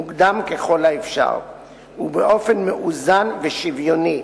מוקדם ככל האפשר ובאופן מאוזן ושוויוני,